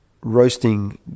roasting